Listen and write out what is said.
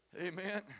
Amen